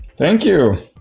thank you.